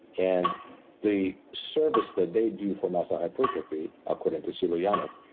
and the service that they do for muscle hypertrophy, according to sulianav,